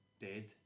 dead